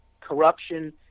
corruption